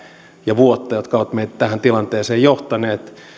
ja vuotta jotka ovat meidät tähän tilanteeseen johtaneet